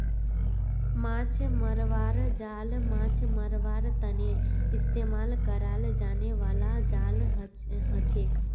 माछ मरवार जाल माछ मरवार तने इस्तेमाल कराल जाने बाला जाल हछेक